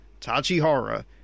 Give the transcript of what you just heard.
Tachihara